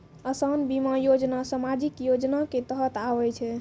असान बीमा योजना समाजिक योजना के तहत आवै छै